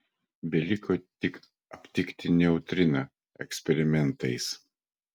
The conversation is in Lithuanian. beliko tik aptikti neutriną eksperimentais